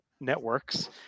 networks